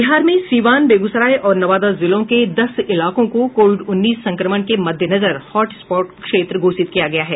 बिहार में सीवान बेगूसराय और नवादा जिलों के दस इलाकों को कोविड उन्नीस संक्रमण के मद्देनजर हॉटस्पॉट क्षेत्र घोषित किया गया है